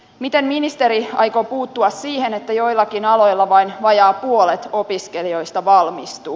miten ministeri aikoo puuttua siihen että joillakin aloilla vain vajaa puolet opiskelijoista valmistuu